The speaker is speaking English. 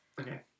Okay